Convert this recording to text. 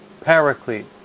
Paraclete